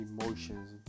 emotions